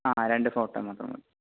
ആ രണ്ട് ഫോട്ടോ മാത്രം മതി